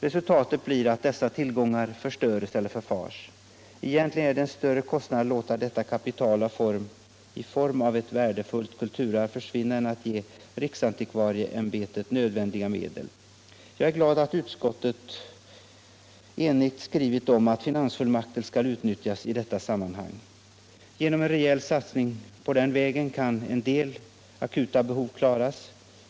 Resultatet blir att dessa tillgångar förstörs eller förfars. Egentligen är det en större kostnad att låta detta kapital, i form av ett värdefullt kulturarv, försvinna än att ge riksantikvarieämbetet nödvändiga medel. Jag är glad att utskottet enigt skrivit att finansfullmakten skall utnyttjas i detta sammanhang. Genom en rejäl satsning på den vägen kan en del akuta behov klaras.